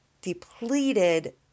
depleted